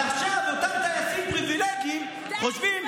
אבל עכשיו אותם טייסים פריבילגים חושבים,